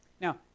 Now